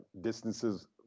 distances